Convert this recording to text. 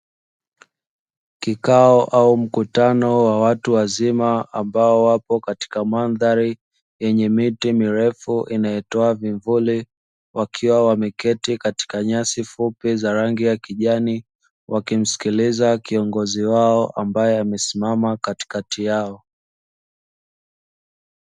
Kikao au mkutano wa watu wazima, ambao wapo katika mandhari yenye miti mirefu, inayotoa vivuli wakiwa wameketi katika nyasi fupi za rangi ya kijani, wakimsikiliza kiongozi wao ambaye amesimama katikati yao.